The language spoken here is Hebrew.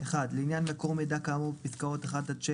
לעניין מקור מידע כאמור בפסקאות 1-7